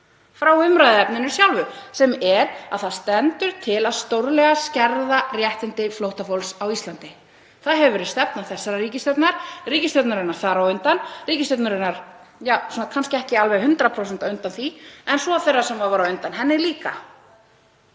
frá umræðuefninu sjálfu sem er að það stendur til að skerða stórlega réttindi flóttafólks á Íslandi. Það hefur verið stefna þessarar ríkisstjórnar, ríkisstjórnarinnar þar á undan, ríkisstjórnarinnar, ja, kannski ekki alveg hundrað prósent á undan því, en svo þeirrar sem var á undan henni líka,